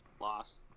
loss